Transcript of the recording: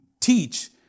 teach